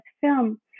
film